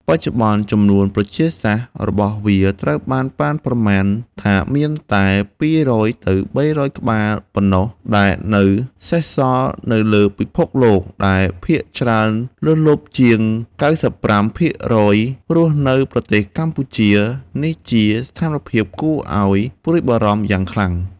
បច្ចុប្បន្ន ចំនួនប្រជាសាស្ត្ររបស់វាត្រូវបានប៉ាន់ប្រមាណថាមានតែ ២០០ ទៅ ៣០០ ក្បាល ប៉ុណ្ណោះដែលនៅសេសសល់នៅលើពិភពលោក ដែលភាគច្រើនលើសលប់ ជាង ៩៥% រស់នៅប្រទេសកម្ពុជា នេះជាស្ថានភាពគួរឲ្យព្រួយបារម្ភយ៉ាងខ្លាំង។